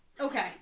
Okay